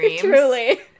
Truly